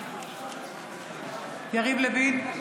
בעד יריב לוין,